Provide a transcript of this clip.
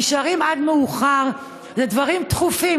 נשארים עד מאוחר לדברים דחופים,